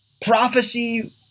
prophecy